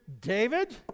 David